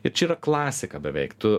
ir čia yra klasika beveik tu